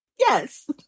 Yes